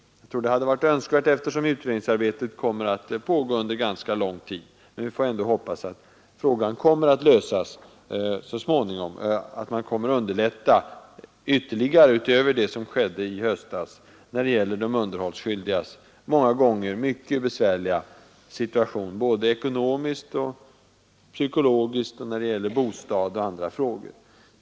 Jag tror det hade varit önskvärt, eftersom utredningsarbetet kommer att pågå under ganska lång tid. Men vi får ändå hoppas att frågan kommer att lösas så småningom, att man utöver vad som skedde i höstas kommer att underlätta de underhållsskyldigas många gånger mycket besvärliga situation ekonomiskt, psykologiskt, och när det gäller bostad och andra frågor.